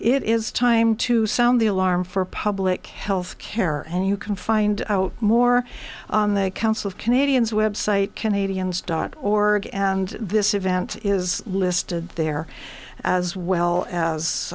it is time to sound the alarm for public health care and you can find out more on the council of canadians website canadians dot org and this event is listed there as well